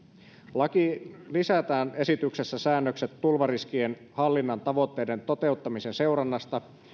lakiin lisätään esityksessä säännökset tulvariskien hallinnan tavoitteiden toteuttamisen seurannasta